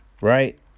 right